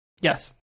Yes